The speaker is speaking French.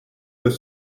peut